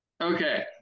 Okay